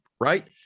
right